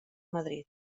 madrid